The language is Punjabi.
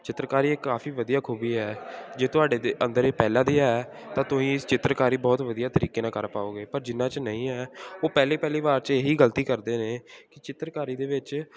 ਚਿੱਤਰਕਾਰੀ ਕਾਫੀ ਵਧੀਆ ਖੂਬੀ ਹੈ ਜੇ ਤੁਹਾਡੇ ਦੇ ਅੰਦਰ ਇਹ ਪਹਿਲਾਂ ਦੀ ਹੈ ਤਾਂ ਤੁਸੀਂ ਇਸ ਚਿੱਤਰਕਾਰੀ ਬਹੁਤ ਵਧੀਆ ਤਰੀਕੇ ਨਾਲ ਕਰ ਪਾਉਗੇ ਪਰ ਜਿਨ੍ਹਾਂ 'ਚ ਨਹੀਂ ਹੈ ਉਹ ਪਹਿਲੀ ਪਹਿਲੀ ਵਾਰ 'ਚ ਇਹੀ ਗਲਤੀ ਕਰਦੇ ਨੇ ਕਿ ਚਿੱਤਰਕਾਰੀ ਦੇ ਵਿੱਚ